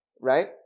right